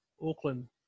Auckland